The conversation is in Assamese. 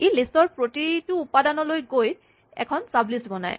ই লিষ্ট ৰ প্ৰতিটো উপাদানলৈ গৈ এখন চাবলিষ্ট বনায়